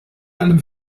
einem